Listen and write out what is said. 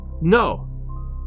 No